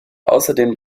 außerdem